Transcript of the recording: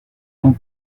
dans